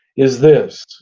is this.